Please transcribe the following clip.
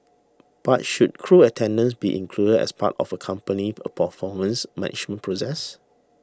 but should crew attendance be included as part of a company's a performance management process